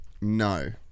No